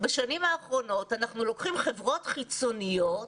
בשנים האחרונות אנחנו לוקחים חברות חיצוניות